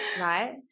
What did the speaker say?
right